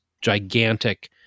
gigantic